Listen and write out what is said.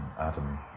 Adam